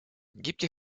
гибкий